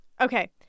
Okay